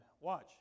Watch